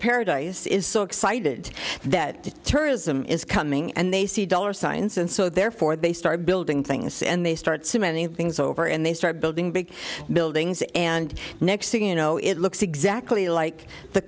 paradise is so excited that tourism is coming and they see dollar signs and so therefore they start building things and they start so many things over and they start building big buildings and next thing you know it looks exactly like the